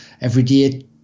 everyday